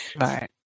right